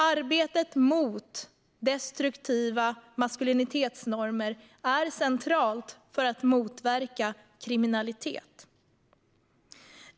Arbetet mot destruktiva maskulinitetsnormer är centralt för att motverka kriminalitet.